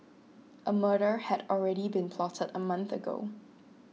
a murder had already been plotted a month ago